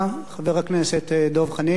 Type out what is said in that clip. חבר הכנסת דב חנין,